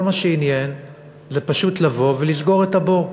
כל מה שעניין זה פשוט לבוא ולסגור את הבור,